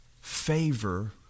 favor